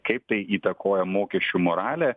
kaip tai įtakoja mokesčių moralę